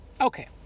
Okay